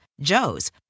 Joe's